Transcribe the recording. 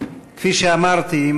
כפי שאמרתי,